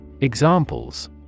Examples